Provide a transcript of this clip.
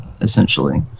essentially